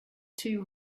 too